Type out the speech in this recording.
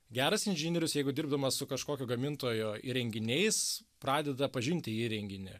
geras inžinierius jeigu dirbdamas su kažkokiu gamintojo įrenginiais pradeda pažinti įrenginį